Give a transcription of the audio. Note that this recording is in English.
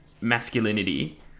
masculinity